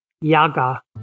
Yaga